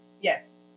Yes